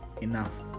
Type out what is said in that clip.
enough